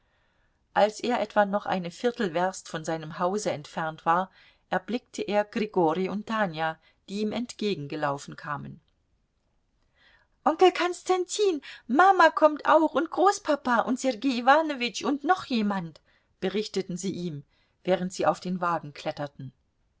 als er etwa noch eine viertelwerst von seinem hause entfernt war erblickte er grigori und tanja die ihm entgegengelaufen kamen onkel konstantin mama kommt auch und großpapa und sergei iwanowitsch und noch jemand berichteten sie ihm während sie auf den wagen kletterten